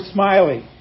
Smiley